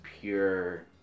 pure